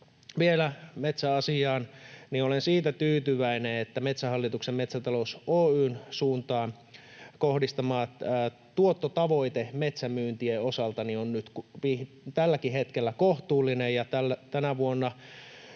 Vielä metsäasiaa. Olen siitä tyytyväinen, että Metsähallituksen Metsätalous Oy:n suuntaan kohdistama tuottotavoite metsänmyyntien osalta on nyt tälläkin hetkellä kohtuullinen,